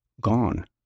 gone